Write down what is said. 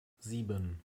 sieben